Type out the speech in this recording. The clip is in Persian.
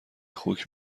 خوک